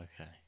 Okay